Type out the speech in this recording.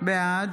בעד